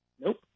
Nope